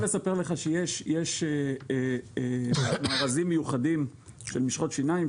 בוא אספר לך שיש מארזים מיוחדים של משחות שיניים,